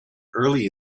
early